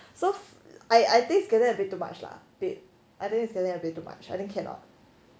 so I I think can then a bit too much lah babe I think it's getting a bit too much I think cannot